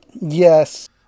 Yes